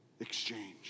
exchange